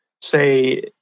say